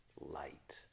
light